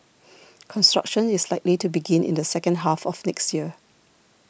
construction is likely to begin in the second half of next year